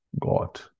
God